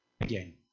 again